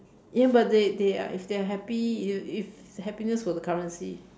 ya but they they are if they are happy you know if happiness was a currency